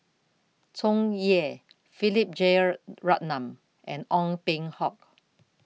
Tsung Yeh Philip Jeyaretnam and Ong Peng Hock